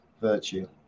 virtue